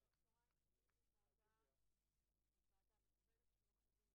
אלה הדברים הקונקרטיים.